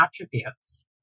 attributes